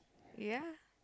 ya